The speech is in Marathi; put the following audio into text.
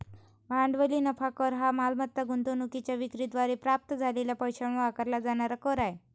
भांडवली नफा कर हा मालमत्ता गुंतवणूकीच्या विक्री द्वारे प्राप्त झालेल्या पैशावर आकारला जाणारा कर आहे